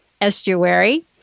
estuary